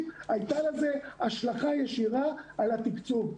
הייתה לזה השלכה ישירה על התקצוב.